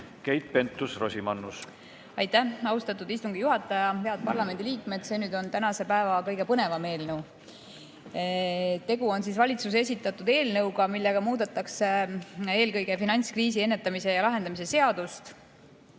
Keit Pentus-Rosimannuse. Aitäh, austatud istungi juhataja! Head parlamendiliikmed! See on tänase päeva kõige põnevam eelnõu. Tegu on valitsuse esitatud eelnõuga, millega muudetakse eelkõige finantskriisi ennetamise ja lahendamise seadust